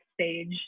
stage